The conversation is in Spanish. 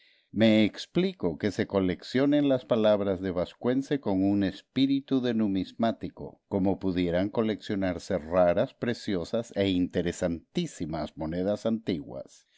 me explico que se coleccionen las palabras de vascuence con un espíritu de numismático como pudieran coleccionarse raras preciosas e interesantísimas monedas antiguas